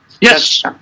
Yes